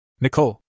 Nicole